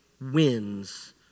wins